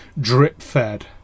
drip-fed